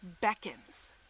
beckons